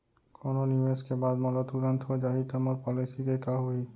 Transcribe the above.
कोनो निवेश के बाद मोला तुरंत हो जाही ता मोर पॉलिसी के का होही?